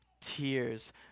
tears